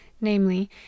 namely